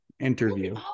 interview